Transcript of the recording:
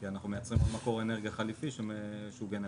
כי אנחנו מייצרים מקור אנרגיה חליפים של גנרציה.